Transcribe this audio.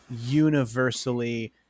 universally